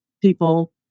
people